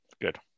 good